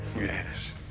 Yes